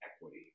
equity